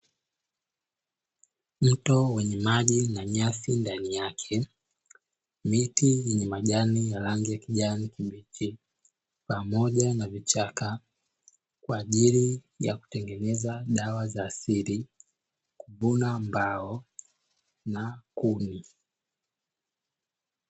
Mto wenye maji na nyasi ndani yake miti yenye majani ya rangi ya kijani kibichi pamoja na vichaka, kwa ajili ya kutengeneza dawa za asili kuvuna mbao na kuni.